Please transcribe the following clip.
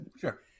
sure